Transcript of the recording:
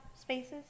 spaces